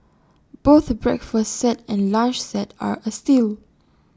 both breakfast set and lunch set are A steal